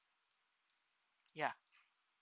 ya